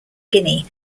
guinea